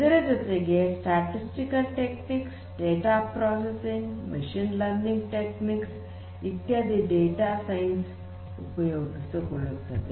ಇದರ ಜೊತೆಗೆ statistical techniques data processing machine learning techniques ಇತ್ಯಾದಿಗಳನ್ನು ಡೇಟಾ ಸೈನ್ಸ್ ಉಪಯೋಗಿಸಿಕೊಳ್ಳುತ್ತದೆ